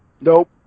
Nope